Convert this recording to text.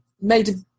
made